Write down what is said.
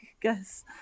guess